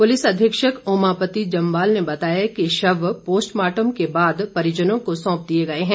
police अधीक्षक ओमापत्ती जमवाल ने बताया कि शव पोस्टमार्टम के बाद परिजनों को सौंप दिए गए हैं